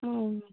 অঁ